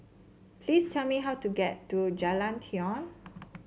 please tell me how to get to Jalan Tiong